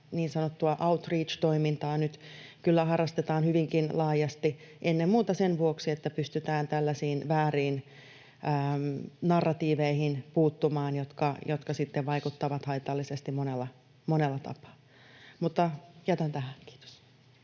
niin sanottua outreach-toimintaa nyt kyllä harrastetaan hyvinkin laajasti ennen muuta sen vuoksi, että pystytään puuttumaan tällaisiin vääriin narratiiveihin, jotka sitten vaikuttavat haitallisesti monella tapaa. — Mutta jätän tähän, kiitos.